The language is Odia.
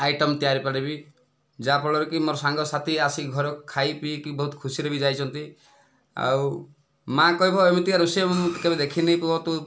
ଆଇଟମ ତିଆରି କରିବି ଯାହାଫଳରେ କି ମୋ'ର ସାଙ୍ଗସାଥି ଆସିକି ଘରେ ଖାଇପିଇକି ବହୁତ ଖୁସିରେ ବି ଯାଇଛନ୍ତି ଆଉ ମା' କହିବ ଏମିତିକା ରୋଷେଇ ମୁଁ କେବେ ଦେଖିନି ପୁଅ ତୁ